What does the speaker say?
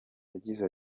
yagize